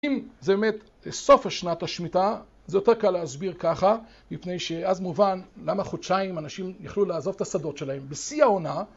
אם זה באמת סוף השנת השמיטה, זה יותר קל להסביר ככה מפני שאז מובן למה חודשיים אנשים יכלו לעזוב את השדות שלהם בשיא העונה